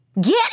Get